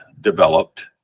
developed